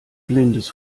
blindes